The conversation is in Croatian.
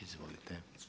Izvolite.